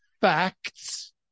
facts